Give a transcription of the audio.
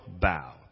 bow